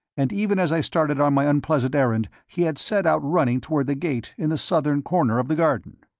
and even as i started on my unpleasant errand, he had set out running toward the gate in the southern corner of the garden.